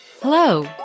Hello